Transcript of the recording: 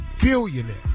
billionaire